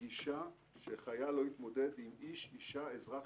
כגישה שחייל לא יתמודד עם איש/אישה אזרח/אזרחית.